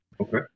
Okay